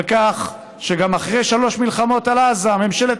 על כך שגם אחרי שלוש מלחמות עם עזה ממשלת